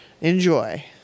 Enjoy